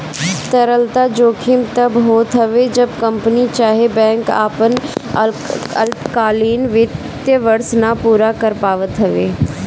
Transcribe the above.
तरलता जोखिम तब होत हवे जब कंपनी चाहे बैंक आपन अल्पकालीन वित्तीय वर्ष ना पूरा कर पावत हवे